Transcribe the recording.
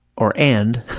or and,